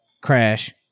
crash